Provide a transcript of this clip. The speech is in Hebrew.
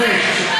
פריג'.